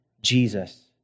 Jesus